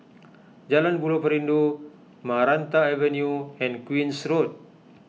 Jalan Buloh Perindu Maranta Avenue and Queen's Road